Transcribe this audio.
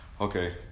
Okay